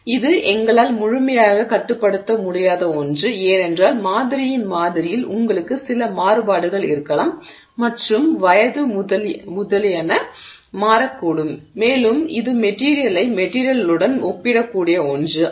இது எங்களால் முழுமையாக கட்டுப்படுத்த முடியாத ஒன்று ஏனென்றால் மாதிரியின் மாதிரியில் உங்களுக்கு சில மாறுபாடுகள் இருக்கலாம் மற்றும் வயது முதலியன மாறக்கூடும் மேலும் இது மெட்டிரியலை மெட்டிரியளுடன் ஒப்பிடக்கூடிய ஒன்று அல்ல